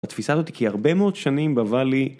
התפיסה הזאת כי הרבה מאוד שנים בוואלי